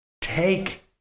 take